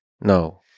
No